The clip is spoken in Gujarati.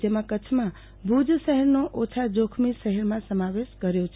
જેમાં કચ્છમાં ભુજ શહેરનો ઓછા જોખમી શહેરમાં સમાવેશ કર્યો છે